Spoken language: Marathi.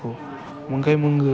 हो मग काय मग